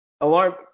alarm